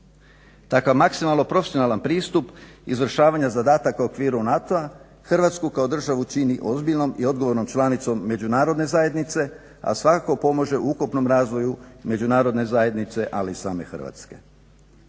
Takav maksimalno profesionalan pristup izvršavanja zadataka u okviru NATO-a Hrvatsku kao državu čini ozbiljnom i odgovornom članicom Međunarodne zajednice, svakako pomaže u ukupnom razvoju Međunarodne zajednice, ali i same Hrvatske.